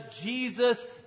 Jesus